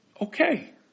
Okay